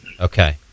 Okay